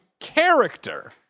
character